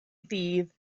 ddydd